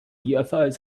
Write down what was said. ufos